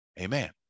Amen